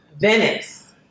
Venice